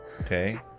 Okay